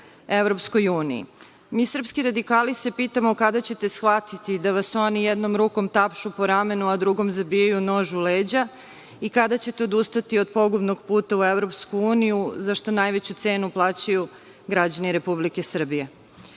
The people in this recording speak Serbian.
Srbije EU. Mi srpski radikali se pitamo kada ćete shvatiti da vas oni jednom rukom tapšu po ramenu, a drugom zabijaju nož u leđa i kada ćete odustati od pogubnog puta u EU, zašta najveću cenu plaćaju građani Republike